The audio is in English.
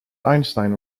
einstein